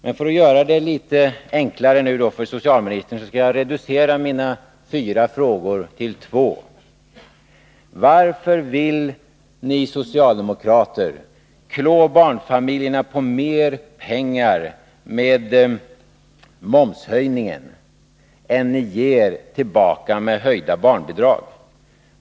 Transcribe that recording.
Men för att göra det litet enklare för socialministern skall jag nu reducera mina fyra frågor till två. För det första: Varför vill ni socialdemokrater klå barnfamiljerna på mer pengar med momshöjningen än ni ger tillbaka med höjda barnbidrag?